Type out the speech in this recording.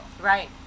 Right